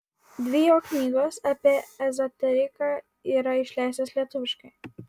dvi jo knygos apie ezoteriką yra išleistos lietuviškai